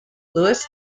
lewis